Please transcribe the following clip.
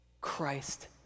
Christ